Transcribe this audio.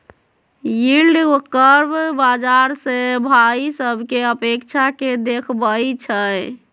yield curve बाजार से भाइ सभकें अपेक्षा के देखबइ छइ